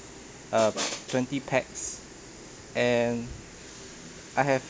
uh twenty packs and I have